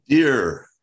Dear